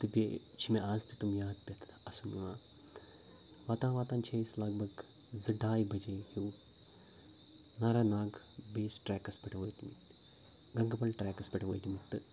تہٕ بیٚیہِ چھِ مےٚ اَز تہِ تٕم یاد پَٮ۪تھ اَسُن یِوان واتان واتان چھِ أسۍ لگ بگ زٕ ڈاے بَجے ہیوٗ نارا ناگ بیس ٹرٛیکَس پٮ۪ٹھ وٲتۍ مٕتۍ گَنٛگہٕ بَل ٹرٛیکَس پٮ۪ٹھ وٲتۍ مٕتۍ تہٕ